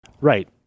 Right